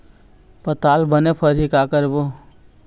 पताल बने फरही का करबो?